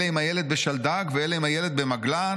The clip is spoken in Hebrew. אלה עם הילד בשלדג ואלה עם הילד במגלן,